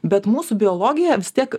bet mūsų biologija vis tiek